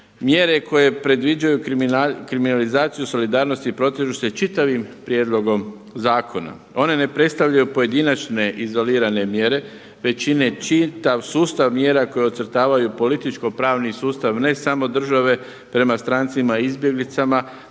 mjere koje predviđaju kriminalizaciju solidarnosti protežu se čitavim prijedlogom zakona. One ne predstavljaju pojedinačne izolirane mjere već čine čitav sustav mjera koje ocrtavaju političko-pravni sustav ne samo države prema strancima i izbjeglicama,